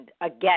again